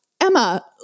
Emma